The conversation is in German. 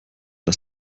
dass